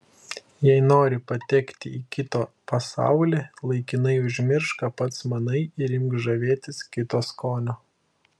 jei nori patekti į kito pasaulį laikinai užmiršk ką pats manai ir imk žavėtis kito skoniu